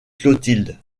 clotilde